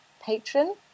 patron